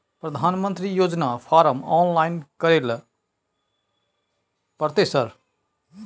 प्रधानमंत्री योजना form online करैले परतै सर?